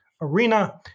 Arena